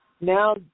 Now